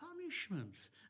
punishments